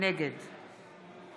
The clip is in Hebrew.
נגד